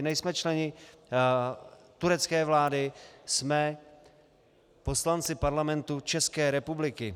Nejsme členy turecké vlády, jsme poslanci Parlamentu České republiky.